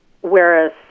whereas